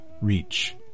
reach